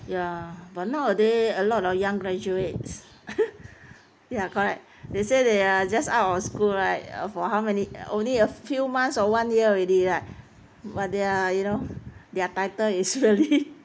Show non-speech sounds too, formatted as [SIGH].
ya but nowadays a lot of young graduate [LAUGHS] ya correct they say they are just out of school right err for how many err only a few months or one year already right but they're you know their title is really [LAUGHS]